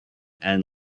and